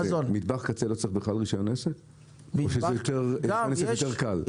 מטבח קצה לא צריך בכלל רישיון עסק או שזה רישיון עסק יותר קל?